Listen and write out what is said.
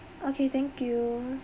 okay thank you